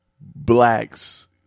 blacks